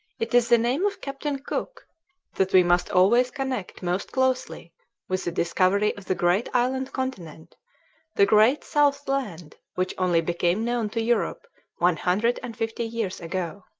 it is the name of captain cook that we must always connect most closely with the discovery of the great island continent the great south land which only became known to europe one hundred and fifty years ago.